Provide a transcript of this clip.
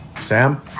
Sam